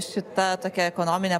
šita tokia ekonomine